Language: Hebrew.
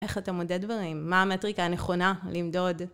איך אתה מודד דברים? מה המטריקה הנכונה למדוד?